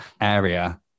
area